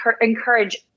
encourage